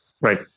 Right